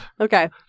Okay